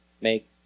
make